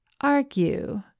argue